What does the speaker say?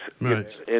Right